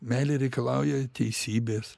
meilė reikalauja teisybės